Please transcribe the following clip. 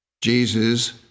Jesus